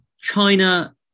China